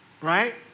right